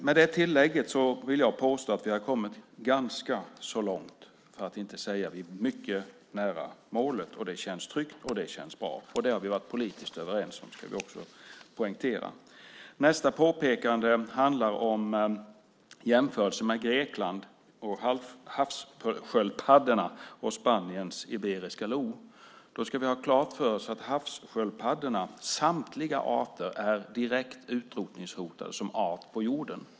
Med detta tillägg vill jag påstå att vi har kommit ganska långt och är mycket nära målet. Det känns tryggt och bra. Det har vi dessutom varit politiskt överens om, vilket ska poängteras. Nästa påpekande handlar om jämförelsen med Greklands havssköldpaddor och Spaniens iberiska lo. Vi ska ha klart för oss att samtliga havssköldpaddor är direkt utrotningshotade som art på jorden.